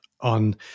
on